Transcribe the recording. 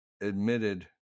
admitted